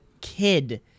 kid